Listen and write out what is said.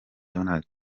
donald